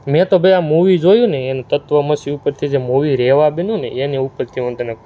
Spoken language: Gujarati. મેં તો ભઈ આ મુવી જોઇને એમ તત્વમસી ઉપરથી જે મુવી રેવા બન્યું ને એની ઉપરથી હું તને